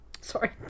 Sorry